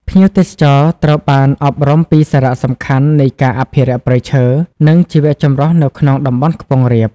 ភ្ញៀវទេសចរត្រូវបានអប់រំអំពីសារៈសំខាន់នៃការ អភិរក្សព្រៃឈើ និងជីវចម្រុះនៅក្នុងតំបន់ខ្ពង់រាប។